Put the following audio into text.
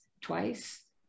twice